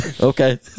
Okay